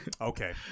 okay